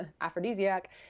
aphrodisiac